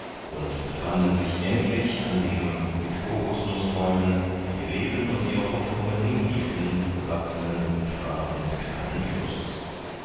und befanden sich endlich an dem mit kokosnußbäumen die ihr leben und ihre hoffnungen hinhielten bewachsenen ufer eines kleinen flusses